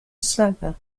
slugger